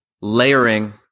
layering